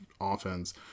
offense